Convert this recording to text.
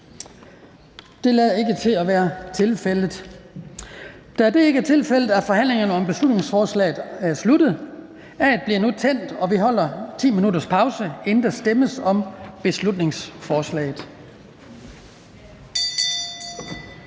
der ønsker at udtale sig? Da det ikke er tilfældet, er forhandlingen om beslutningsforslaget sluttet. Jeg tænder nu for A'et, og vi holder 10 minutters pause, inden der stemmes om beslutningsforslaget.